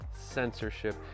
censorship